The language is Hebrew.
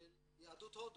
של יהדות הודו.